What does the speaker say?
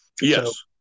Yes